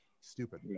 stupid